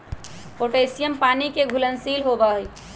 potassium पानी के घुलनशील होबा हई